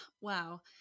wow